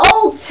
Old